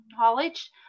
knowledge